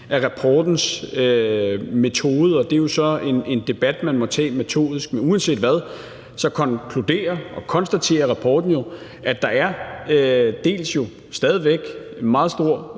af rapportens metode. Det er jo så en debat, man må tage metodisk. Men uanset hvad konkluderer og konstaterer rapporten jo, at der dels stadig væk er en meget stor